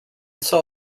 saw